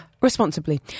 responsibly